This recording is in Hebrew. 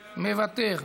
מוותר,